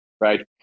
right